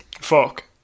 Fuck